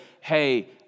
hey